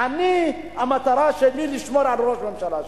אני המטרה שלי לשמור על ראש הממשלה שלי.